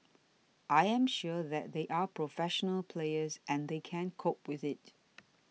I am sure that they are professional players and they can cope with it